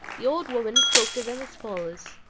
the old woman spoke to them as follows.